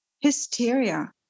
Hysteria